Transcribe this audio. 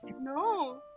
No